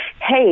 hey